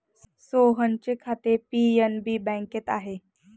सोहनचे खाते पी.एन.बी बँकेत आहे